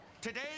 Today